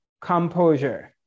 composure